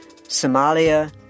Somalia